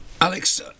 Alex